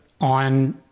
on